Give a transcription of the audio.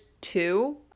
two